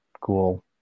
cool